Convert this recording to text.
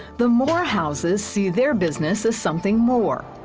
the moorehouses see their business as something more.